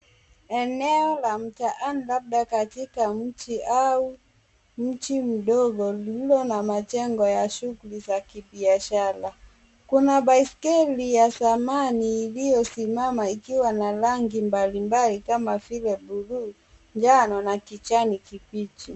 Eneo la mtaani labda katika mji au mji mdogo ulio na majengo ya shughuli za kibiashara. Kuna baiskeli ya zamani iliyosimama ikiwa na rangi mbali mbali kama vile buluu, njano na kijani kibichi.